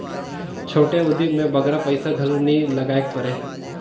छोटे उदिम में बगरा पइसा घलो नी लगाएक परे